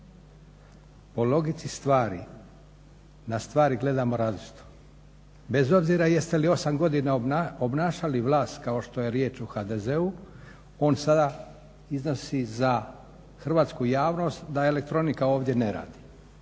Po logici stvari na stvari gledamo različito. Bez obzira jeste li 8 godina obnašali vlast kao što je riječ o HDZ-u, on sada iznosi za hrvatsku javnost da elektronika ovdje ne radi.